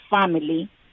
family